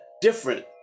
different